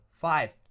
Five